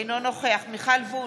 אינו נוכח מיכל וונש,